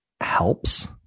helps